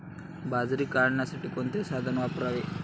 बाजरी काढण्यासाठी कोणते साधन वापरावे?